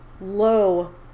low